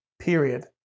period